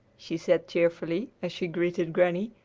she said cheerfully as she greeted granny.